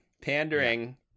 Pandering